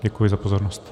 Děkuji za pozornost.